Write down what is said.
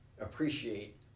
appreciate